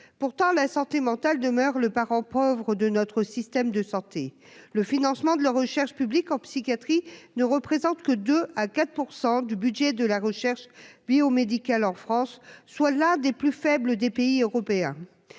pourtant la santé mentale demeure le parent pauvre de notre système de santé, le financement de la recherche publique en psychiatrie ne représente que 2 à 4 pour 100 du budget de la recherche biomédicale en France soit la des plus faibles des pays européens,